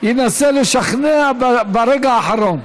ינסה לשכנע ברגע האחרון.